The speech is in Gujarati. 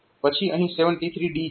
પછી અહીં 73D છે